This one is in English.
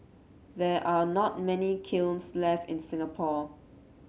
there are not many kilns left in Singapore